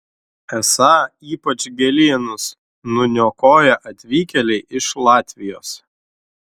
esą ypač gėlynus nuniokoja atvykėliai iš latvijos